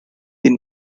been